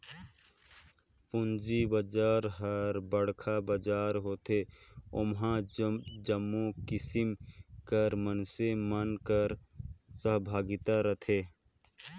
पूंजी बजार हर बड़खा बजार होथे ओम्हां जम्मो किसिम कर मइनसे मन कर सहभागिता रहथे